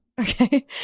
Okay